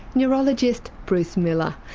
neurologist bruce miller.